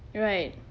right